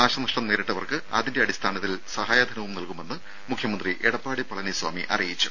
നാശനഷ്ടം നേരിട്ടവർക്ക് അതിന്റെ അടിസ്ഥാനത്തിൽ സഹായധനവും നൽകുമെന്ന് മുഖ്യമന്ത്രി എടപ്പാടി പളനിസ്വാമി അറിയിച്ചു